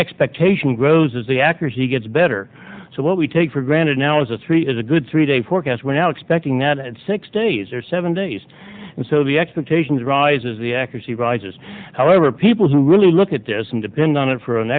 expectation grows as the actor he gets better so what we take for granted now is a three is a good three day forecast we're now expecting that at six days or seven days and so the expectations rises the accuracy by just however people to really look at this and depend on it for an